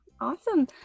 Awesome